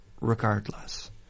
regardless